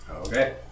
Okay